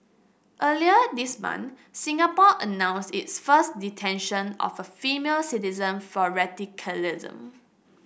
earlier this month Singapore announced its first detention of a female citizen for radicalism